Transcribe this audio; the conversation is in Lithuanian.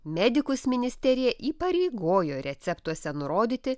medikus ministerija įpareigojo receptuose nurodyti